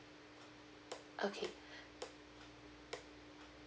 okay